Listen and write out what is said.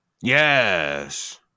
Yes